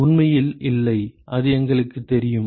மாணவர் T உண்மையில் இல்லை அது எங்களுக்குத் தெரியும்